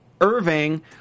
Irving